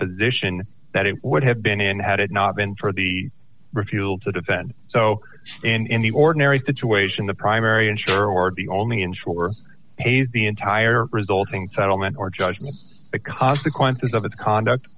position that it would have been in had it not been for the refusal to defend so in the ordinary situation the primary insurer or the only insurer pays the entire resulting settlement or judgement the consequences of its conduct